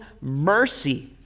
mercy